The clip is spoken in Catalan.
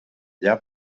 allà